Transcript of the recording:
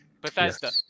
Bethesda